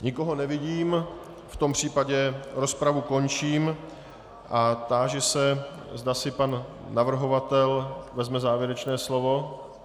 Nikoho nevidím, v tom případě rozpravu končím a táži se, zda si pan navrhovatel vezme závěrečné slovo.